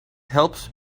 helps